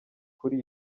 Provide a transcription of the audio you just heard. kuri